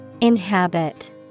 Inhabit